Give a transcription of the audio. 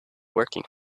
working